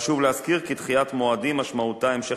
חשוב להזכיר כי דחיית מועדים משמעותה המשך